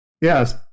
Yes